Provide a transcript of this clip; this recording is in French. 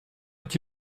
est